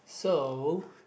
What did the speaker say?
so